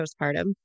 postpartum